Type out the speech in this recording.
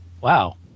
Wow